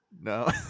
No